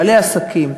בעלי עסקים.